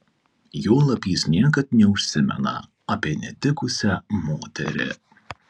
juolab jis niekad neužsimena apie netikusią moterį